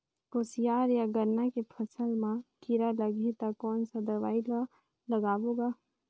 कोशियार या गन्ना के फसल मा कीरा लगही ता कौन सा दवाई ला लगाबो गा?